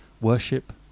worship